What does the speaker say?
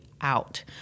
out